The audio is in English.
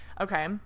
okay